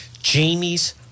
Jamie's